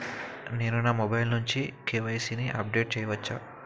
నేను నా మొబైల్ నుండి కే.వై.సీ ని అప్డేట్ చేయవచ్చా?